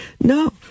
No